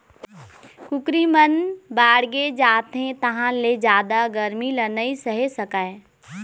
कुकरी मन बाड़गे जाथे तहाँ ले जादा गरमी ल नइ सहे सकय